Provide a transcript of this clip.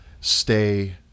stay